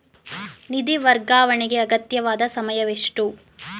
ನಿಧಿ ವರ್ಗಾವಣೆಗೆ ಅಗತ್ಯವಾದ ಸಮಯವೆಷ್ಟು?